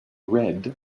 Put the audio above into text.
red